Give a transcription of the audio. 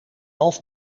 elf